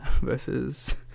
versus